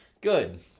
Good